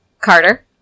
Carter